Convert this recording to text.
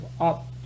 up